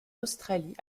australie